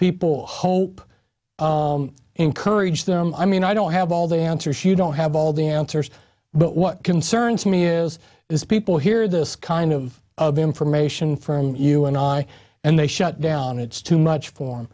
people hope encourage them i mean i don't have all the answers you don't have all the answers but what concerns me is this people hear this kind of of information from you and i and they shut down it's too much for